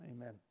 Amen